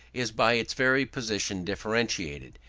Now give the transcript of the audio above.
is by its very position differentiated,